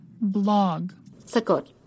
blog